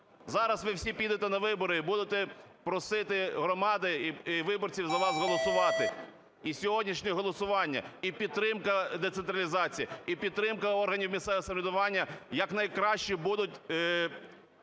Зараз ви всі підете на вибори і будете просити громади і виборців за вас голосувати. І сьогоднішнє голосування, і підтримка децентралізації, і підтримка органів місцевого самоврядування якнайкраще будуть